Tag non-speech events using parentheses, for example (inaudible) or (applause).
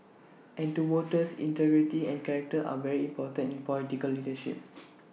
and to voters integrity and character are very important in political leadership (noise)